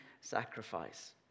sacrifice